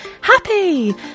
happy